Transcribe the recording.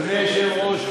אדוני היושב-ראש,